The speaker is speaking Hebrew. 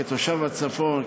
כתושב הצפון,